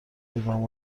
بودم